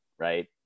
right